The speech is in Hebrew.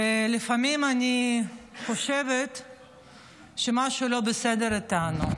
ולפעמים אני חושבת שמשהו לא בסדר איתנו: